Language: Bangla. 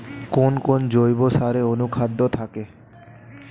কোন কোন জৈব সারে অনুখাদ্য থাকে?